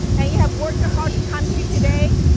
and you have worked hard to come to today,